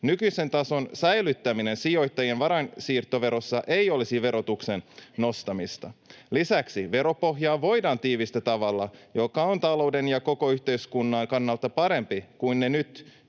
nykyisen tason säilyttäminen sijoittajien varainsiirtoverossa olisi verotuksen nostamista. Lisäksi veropohjaa voidaan tiivistää tavalla, joka on talouden ja koko yhteiskunnan kannalta parempi kuin ne nyt